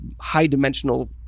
high-dimensional